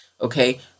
Okay